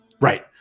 Right